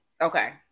Okay